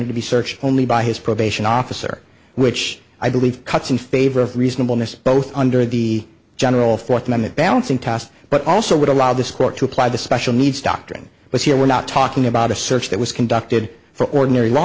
probation to be searched only by his probation officer which i believe cuts in favor of reasonableness both under the general fourth amendment balancing tasks but also would allow this court to apply the special needs doctoring but here we're not talking about a search that was conducted for ordinary law